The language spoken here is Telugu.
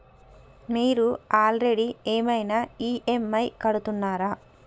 మీరు ఆల్రెడీ ఏమైనా ఈ.ఎమ్.ఐ కడుతున్నారా?